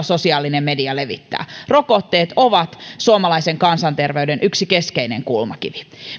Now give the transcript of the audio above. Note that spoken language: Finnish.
sosiaalinen media levittää rokotteet ovat suomalaisen kansanterveyden yksi keskeinen kulmakivi